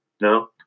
No